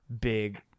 big